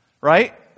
right